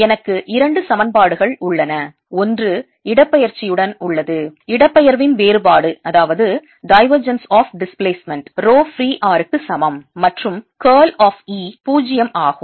எனக்கு இரண்டு சமன்பாடுகள் உள்ளன ஒன்று இடப்பெயர்ச்சியுடன் உள்ளது இடப்பெயர்வின் வேறுபாடு ரோ ஃப்ரீ r க்கு சமம் மற்றும் curl of E 0 ஆகும்